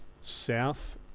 south